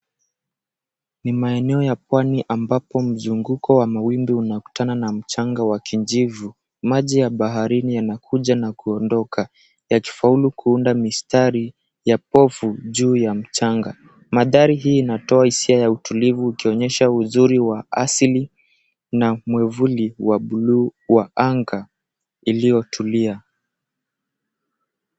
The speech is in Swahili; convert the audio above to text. Ni maeneo ya pwani ambapo mzunguko wa mawimbi unakutana ana mchanga wa kijivu, maji ya baharini yanakuja na kuondoka yakifaulu kuunda mistari ya povu juu ya mchanga, maandhari hii inatoa hisia ya utulivu ukionyesha uzuri ya asili na mwavuli wa blue ya anga iliyotulia.